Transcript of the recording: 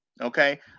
Okay